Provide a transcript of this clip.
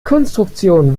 konstruktion